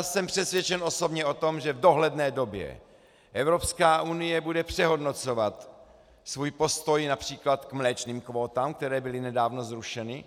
Jsem přesvědčen osobně o tom, že v dohledné době Evropská unie bude přehodnocovat svůj postoj například k mléčným kvótám, které byly nedávno zrušeny.